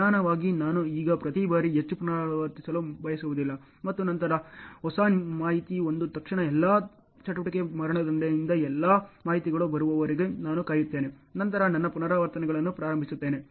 ನಿಧಾನವಾಗಿ ನಾನು ಈಗ ಪ್ರತಿ ಬಾರಿ ಹೆಚ್ಚು ಪುನರಾವರ್ತಿಸಲು ಬಯಸುವುದಿಲ್ಲ ಮತ್ತು ನಂತರ ಹೊಸ ಮಾಹಿತಿ ಬಂದ ತಕ್ಷಣ ಎಲ್ಲಾ ಚಟುವಟಿಕೆ ಮರಣದಂಡನೆಯಿಂದ ಎಲ್ಲಾ ಮಾಹಿತಿಗಳು ಬರುವವರೆಗೆ ನಾನು ಕಾಯುತ್ತೇನೆ ನಂತರ ನನ್ನ ಪುನರಾವರ್ತನೆಗಳನ್ನು ಪ್ರಾರಂಭಿಸುತ್ತೇನೆ